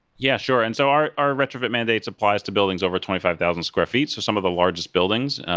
yeah, sure. and so our our retrofit mandates applies to buildings over twenty five thousand square feet, so some of the largest buildings,